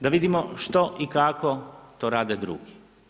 Da vidimo što i kako to rade drugi.